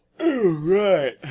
right